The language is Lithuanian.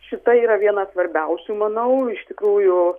šita yra viena svarbiausių manau iš tikrųjų